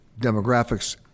demographics